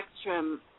spectrum